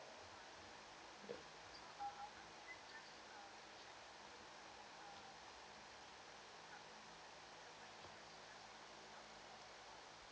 yup